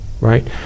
right